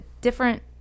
different